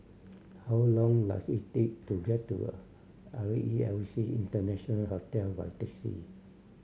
how long does it take to get to R E L C International Hotel by taxi